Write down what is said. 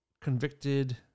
convicted